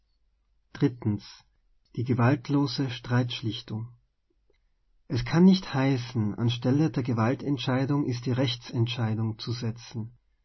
die gewaltlose streitschlichtung es kann nicht heißen an stelle der gewaltent scheidung ist die rechtsentscheidung zu setzen